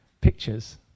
pictures